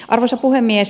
arvoisa puhemies